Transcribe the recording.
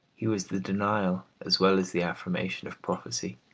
he was the denial as well as the affirmation of prophecy.